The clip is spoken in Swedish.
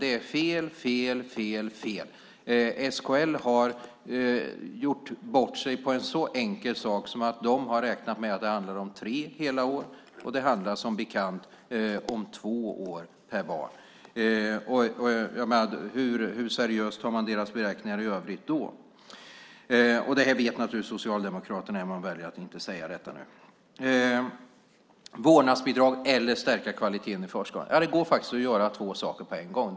Det är fel, fel, fel! SKL har gjort bort sig på en enkel sak. De har nämligen räknat med att det handlar om tre hela år. Det handlar som bekant om två år per barn. Hur seriöst kan man ta deras övriga beräkningar då? Detta vet naturligtvis Socialdemokraterna även om de väljer att inte säga det. Vårdnadsbidrag ställs mot att stärka kvaliteten i förskolan. Det går faktiskt att göra två saker på en gång.